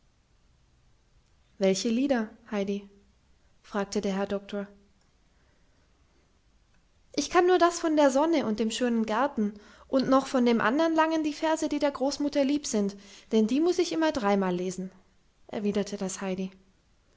welche lieder heidi fragte der herr doktor ich kann nur das von der sonne und dem schönen garten und noch von dem andern langen die verse die der großmutter lieb sind denn die muß ich immer dreimal lesen erwiderte das heidi